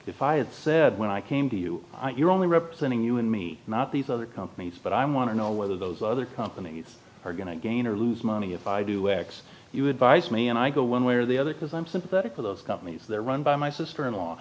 if i had said when i came to you you're only representing you and me not these other companies but i want to know whether those other companies are going to gain or lose money if i do x you advice me and i go one way or the other because i'm sympathetic to those companies they're run by my sister in law